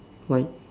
white